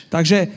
Takže